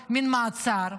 במין מעצר,